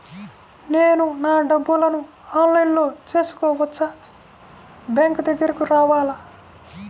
నేను నా డబ్బులను ఆన్లైన్లో చేసుకోవచ్చా? బ్యాంక్ దగ్గరకు రావాలా?